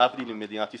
להבדיל ממדינת ישראל.